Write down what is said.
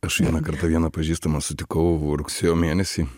aš vieną kartą vieną pažįstamą sutikau rugsėjo mėnesį